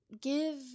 Give